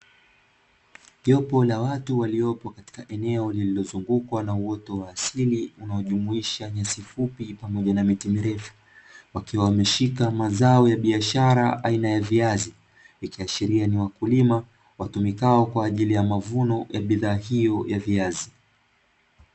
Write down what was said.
Jopo la watu waliopo katika eneo lililozungulwa na uoto wa asili unaojumuisha nyasi fupi pamoja na miti mirefu, wakiwa wameshika mazao ya biashara aina ya viazi, ikiashiria ni wakulima watumikao kwa ajili ya mavuno ya bidhaa hiyo ya viazi.